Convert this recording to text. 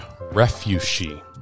Refugee